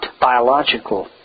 biological